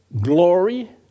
glory